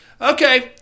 Okay